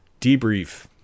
debrief